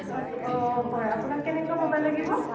অঁ অঁ অঁ হয় আপোনাক কেনেকুৱা মোবাইল লাগিব